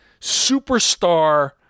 superstar